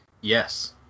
Yes